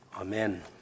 Amen